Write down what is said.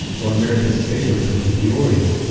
while america's favorite cookie, the oreo,